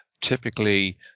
Typically